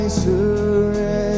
surrender